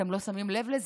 אתם לא שמים לב לזה.